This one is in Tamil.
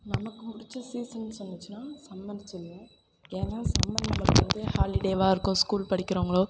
நமக்கு பிடிச்ச சீசன் சொன்னுச்சின்னால் சம்மர் சொல்லுவோம் ஏன்னால் சம்மர் நமக்கு வந்து ஹாலிடேவாக இருக்கும் ஸ்கூல் படிக்கிறவங்களோ